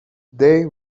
they